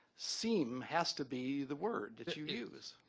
seem has to be the word that you use.